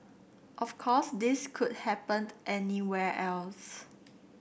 of course this could happened anywhere else